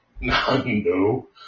No